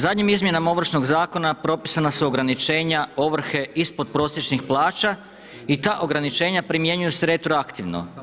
Zadnjim izmjenama Ovršnog zakona propisana su ograničenja ovrhe ispod prosječnih plaća i ta ograničenja primjenjuju se retroaktivno.